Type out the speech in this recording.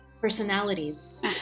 personalities